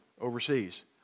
overseas